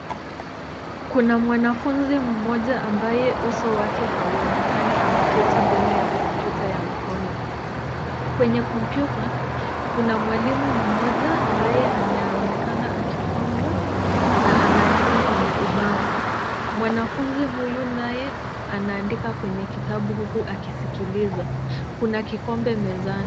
Kuna mwanafunzi mmoja ambaye uso wake hauonekani ameketi mbele ya kompyuta ya mkono. Kwenye kompyuta, kuna mwalimu mmoja ambaye anaonekana akifunza na anaandika kwenye ubao. Mwanafunzi huyu naye anaandika kwenye kitabu huku akisikiliza. Kuna kikombe mezani.